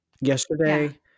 Yesterday